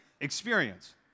experience